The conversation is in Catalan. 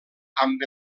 amb